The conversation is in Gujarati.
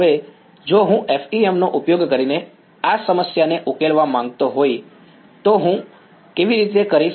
હવે જો હું FEM નો ઉપયોગ કરીને આ સમસ્યાને ઉકેલવા માંગતો હોય તો હું તે કેવી રીતે કરીશ